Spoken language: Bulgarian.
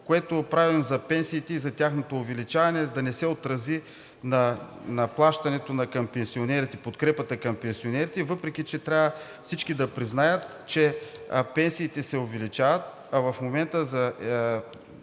което правим за пенсиите – за тяхното увеличаване, да не се отрази на подкрепата към пенсионерите, въпреки че всички трябва да признаят, че пенсиите се увеличават, а в момента ел.